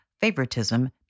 favoritism